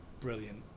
brilliant